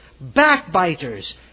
backbiters